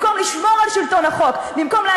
במקום לשמור על שלטון החוק,